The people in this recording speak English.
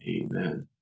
Amen